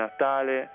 Natale